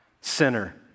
sinner